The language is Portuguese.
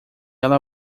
ela